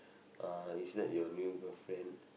ah is that your new girlfriend